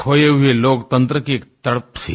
खोए हुए लोकतंत्र की एक तड़प थी